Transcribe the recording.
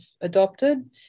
adopted